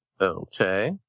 Okay